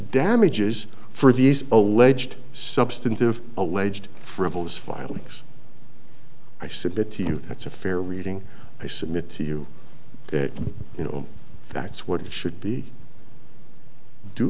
damages for these alleged substantive alleged frivolous filings i submit to you that's a fair reading i submit to you that you know that's what it should be due